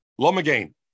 Lomagain